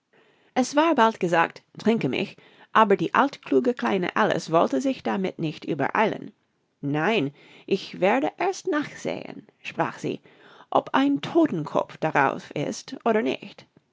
es war bald gesagt trinke mich aber die altkluge kleine alice wollte sich damit nicht übereilen nein ich werde erst nachsehen sprach sie ob ein todtenkopf darauf ist oder nicht